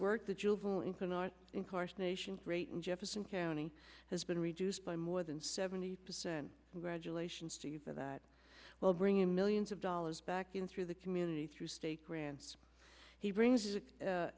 work the juvenile in can art in course nation rate in jefferson county has been reduced by more than seventy percent congratulations to you but that will bring in millions of dollars back in through the community through state grants he brings